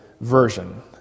version